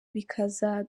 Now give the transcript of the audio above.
bikaza